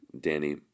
Danny